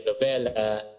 novella